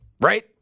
right